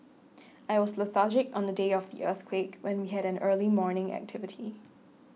I was lethargic on the day of the earthquake when we had an early morning activity